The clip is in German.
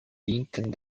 dienten